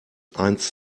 eins